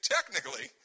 Technically